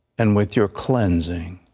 and with your cleansing.